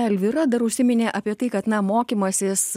elvyra dar užsiminė apie tai kad na mokymasis